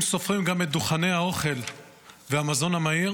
אם סופרים גם את דוכני האוכל והמזון המהיר,